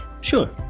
Sure